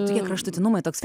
tokie kraštutinumai toks